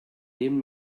dem